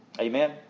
Amen